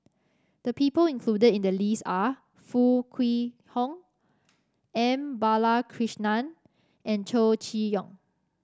the people included in the list are Foo Kwee Horng M Balakrishnan and Chow Chee Yong